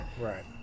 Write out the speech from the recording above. Right